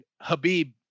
Habib